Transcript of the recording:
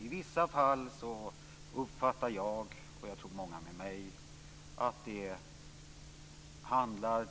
I vissa fall uppfattar jag, och jag tror många med mig, att det